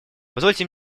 позвольте